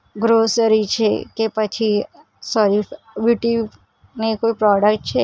grocery છે કે પછી સોરી બ્યૂટીની કોઈ પ્રોડકટ છે